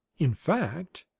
in fact,